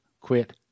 quit